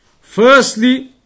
Firstly